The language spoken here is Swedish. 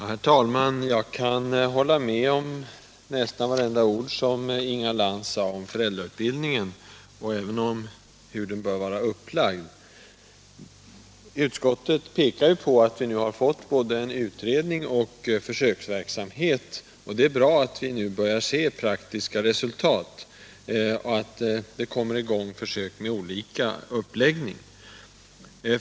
Herr talman! Jag kan instämma i nästan vartenda ord som Inga Lantz sade om föräldrautbildningen och om hur den bör vara upplagd. Utskottet pekar på att vi nu har fått både en utredning och en försöksverksamhet. Det är bra att vi nu börjar se praktiska resultat av de olika försök som har kommit i gång.